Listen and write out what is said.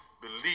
believe